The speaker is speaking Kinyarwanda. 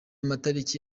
matariki